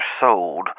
sold